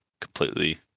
completely